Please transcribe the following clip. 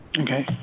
Okay